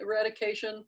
eradication